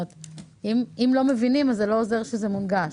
אם לא מבינים, זה לא עוזר שזה מונגש.